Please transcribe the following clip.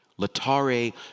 Latare